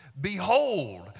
behold